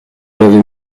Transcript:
l’avez